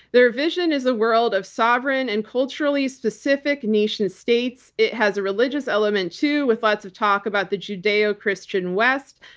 their vision is a world of sovereign and culturally specific nation states. it has a religious element too, with lots of talk about the judeo-christian west.